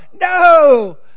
No